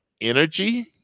energy